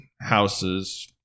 houses